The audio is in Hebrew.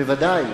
ודאי.